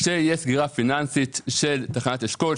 כשתהיה סגירה פיננסית של תחנת אשכול,